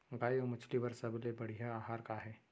गाय अऊ मछली बर सबले बढ़िया आहार का हे?